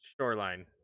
shoreline